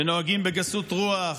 שנוהגים בגסות רוח,